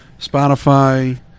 spotify